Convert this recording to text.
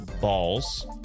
balls